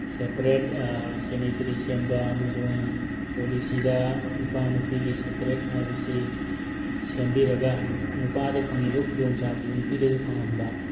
separate sanitary ꯁꯦꯝꯕ ꯑꯃꯁꯨꯡ ꯄꯣꯂꯤꯁꯤꯗ ꯅꯨꯄꯥ ꯅꯨꯄꯤꯒꯤ ꯁꯦꯄꯔꯦꯠ ꯍꯥꯏꯕꯁꯤ ꯁꯦꯝꯕꯤꯔꯒ ꯅꯨꯄꯥꯗ ꯐꯪꯏꯕ ꯈꯨꯗꯣꯡꯆꯥꯕꯗꯨꯁꯨ ꯅꯨꯄꯤꯗꯁꯨ ꯐꯪꯍꯟꯕ